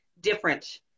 different